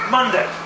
Monday